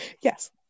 yes